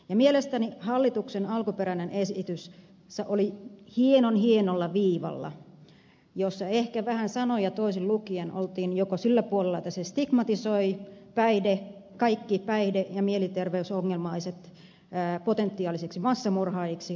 mielestäni hallituksen alkuperäinen esitys oli hienonhienolla viivalla jossa ehkä vähän sanoja toisin lukien oltiin joko sillä puolella että se stigmatisoi kaikki päihde ja mielenterveysongelmaiset potentiaalisiksi massamurhaajiksi tai ei